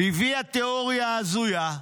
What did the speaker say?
היא הביאה תיאוריה הזויה,